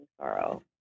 sorrow